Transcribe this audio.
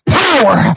power